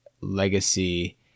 legacy